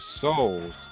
soul's